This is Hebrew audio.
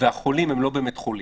והחולים הם לא באמת חולים.